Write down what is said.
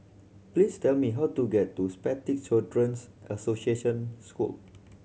please tell me how to get to Spastic Children's Association School